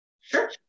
Sure